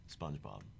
SpongeBob